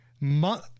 Month